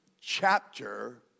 chapter